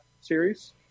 series